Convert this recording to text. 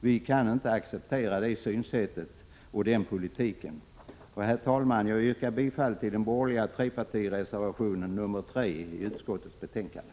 Vi kan inte acceptera det synsättet och den politiken. Herr talman! Jag yrkar bifall till den borgerliga trepartireservationen nr 3 i utskottsbetänkandet.